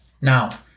Now